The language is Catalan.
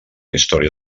història